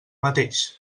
mateix